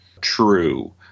true